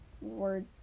word